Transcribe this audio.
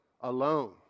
alone